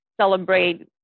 celebrate